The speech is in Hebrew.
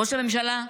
ראש הממשלה,